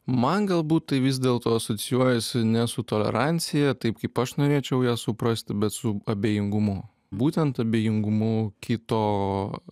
man galbūt tai vis dėlto asocijuojasi ne su tolerancija taip kaip aš norėčiau ją suprasti bet su abejingumu būtent abejingumu kito